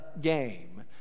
game